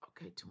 Okay